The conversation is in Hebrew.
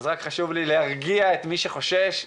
חשוב לי להרגיע את מי שחושש,